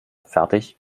fertig